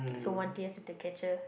so one tears with the catcher